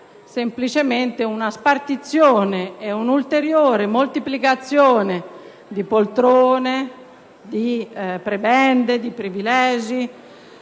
semplicemente una spartizione, un'ulteriore moltiplicazione di poltrone, di prebende e privilegi,